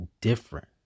different